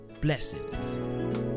Blessings